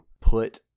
put